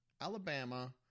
Alabama